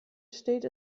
steht